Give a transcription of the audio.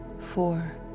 four